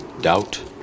doubt